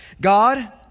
God